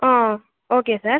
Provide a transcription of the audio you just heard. okay sir